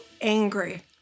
angry